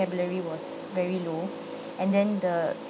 vocabulary was very low and then the